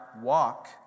walk